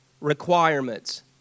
requirements